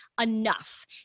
enough